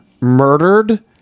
murdered